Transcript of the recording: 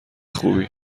خوبی